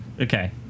Okay